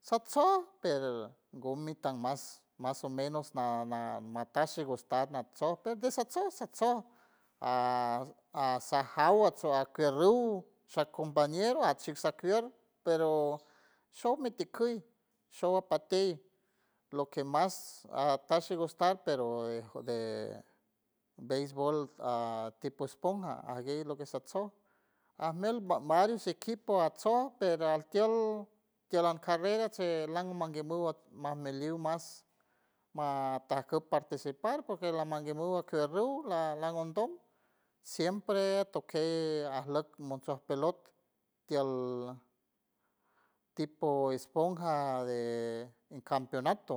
satsoo pero gumi tan mas mas o menos na na mata shigustar natso pues desatso a satso a asa jawuard akerriuw sha compañero at shi sakier pero show mi ti cuy shower apatey lo que mas atash shi gustar pero de de beisbol a tipo esponja aguey loque satso amel va varios equipos atso pero altiold tield a lan carrera atce lanmangue mul me meliut mas matajiuw participar porque la mangue mu ukerrur la la nundow siempre atokey arlot munson pelot tiald tipo esponja de en campeonato.